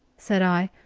said i,